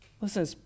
Listen